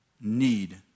need